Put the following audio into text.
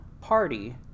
party